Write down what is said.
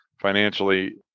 financially